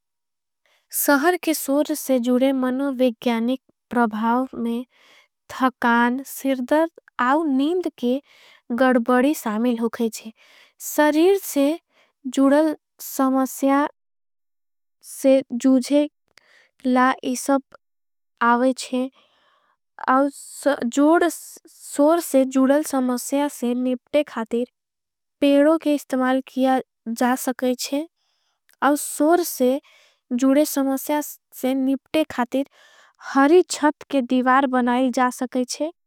सहर के सोर से जुड़े मनोविज्ञानिक प्रभाव में थखान। सिरदर्ध आउ नींद के गडबड़ी सामिल होकेचे सरीर। से जुड़ल समस्या से जूझे ला इसब आवेचे आउ सोर। से जुड़ल समस्या से निप्ते खातिर पेड़ो के इस्तमाल। किया जा सकेचे आउ सोर से जुड़ल समस्या से निप्ते। खातिर हरी छट के दिवार बनायिल जा सकेचे।